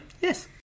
Yes